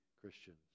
Christians